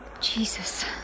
Jesus